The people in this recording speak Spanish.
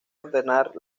ordenar